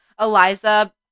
Eliza